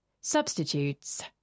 Substitutes